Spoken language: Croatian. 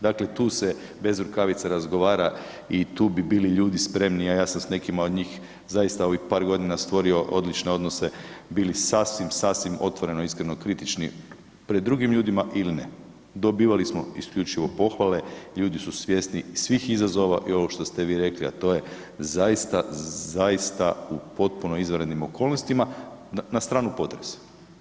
Dakle, tu se bez rukavica razgovara i tu bi bili ljudi spremni, a ja sam s nekima od njih zaista ovih par godina stvorio odlične odnose bili sasvim, sasvim otvoreno iskreno kritični pred drugim ljudima ili ne dobivali smo isključivo pohvale, ljudi su svjesni svih izazova i ovo što ste vi rekli, a to je zaista, zaista u potpuno izvanrednim okolnostima na stranu potres.